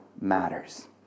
matters